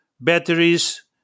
batteries